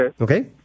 Okay